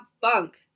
bunk